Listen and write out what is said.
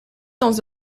dans